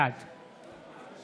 בעד יאיר גולן,